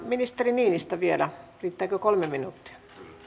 ministeri niinistö vielä riittääkö kolme minuuttia